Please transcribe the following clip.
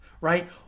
right